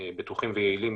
שמופיע סביב גיל שמונה,